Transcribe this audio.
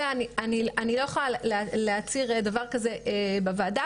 אני לא יכולה להצהיר דבר כזה בוועדה,